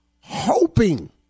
hoping